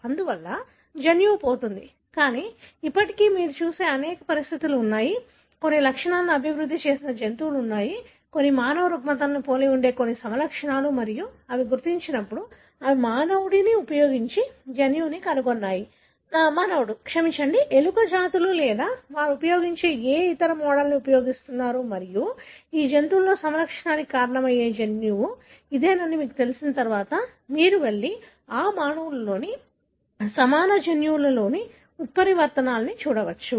అందువల్ల జన్యువు పోతుంది కానీ ఇప్పటికీ మీరు చూసే అనేక పరిస్థితులు ఉన్నాయి కొన్ని లక్షణాలను అభివృద్ధి చేసిన జంతువులు ఉన్నాయి కొన్ని మానవ రుగ్మతలను పోలి ఉండే కొన్ని సమలక్షణాలు మరియు అవి గుర్తించినప్పుడు అవి మానవుడిని ఉపయోగించి జన్యువును కనుగొన్నాయి మానవుడు క్షమించండి ఎలుక జాతులు లేదా వారు ఉపయోగించిన ఏ ఇతర మోడల్ని ఉపయోగిస్తున్నారు మరియు ఈ జంతువులో సమలక్షణానికి కారణమయ్యే జన్యువు ఇదేనని మీకు తెలిసిన తర్వాత మీరు వెళ్లి ఆ మానవునిలోని సమాన జన్యువులోని ఉత్పరివర్తనాలను చూడవచ్చు